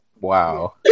Wow